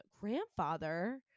grandfather